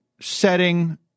setting